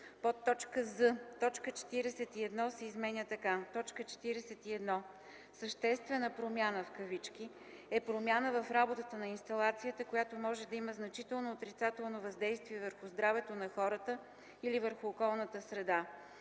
з) точка 41 се изменя така: „41. „Съществена промяна” е промяна в работата на инсталацията, която може да има значително отрицателно въздействие върху здравето на хората или върху околната среда.